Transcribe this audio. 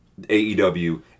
AEW